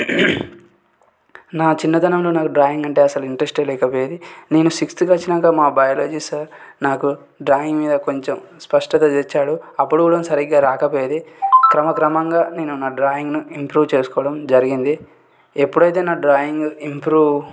నా చిన్నదనంలో నాకు డ్రాయింగ్ అంటే అసలు ఇంట్రెస్టే లేకపోయేది నేను సిక్స్త్ వచ్చినాక మా బయాలజీ సార్ నాకు డ్రాయింగ్ మీద కొంచెం స్పష్టత తెచ్చాడు అప్పుడు కూడా సరిగ్గా రాకపోయేది క్రమ క్రమంగా నేను నా డ్రాయింగ్ను ఇంప్రూవ్ చేసుకో చేసుకోవడం జరిగింది ఎప్పుడైతే నా డ్రాయింగ్ ఇంప్రూవ్